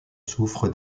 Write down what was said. souffre